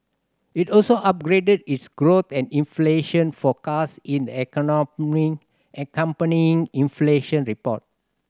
it also upgraded its growth and inflation forecast in the accompanying inflation report